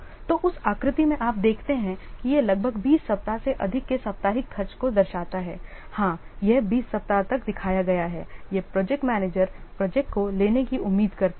तो उस आकृति में आप देखते हैं कि यह लगभग 20 सप्ताह से अधिक के साप्ताहिक खर्च को दर्शाता है हाँ यह 20 सप्ताह तक दिखाया गया है यह प्रोजेक्ट मैनेजर प्रोजेक्ट को लेने की उम्मीद करता है